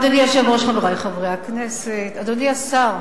אדוני היושב-ראש, חברי חברי הכנסת, אדוני השר,